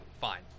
Fine